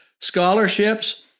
scholarships